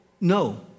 no